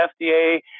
FDA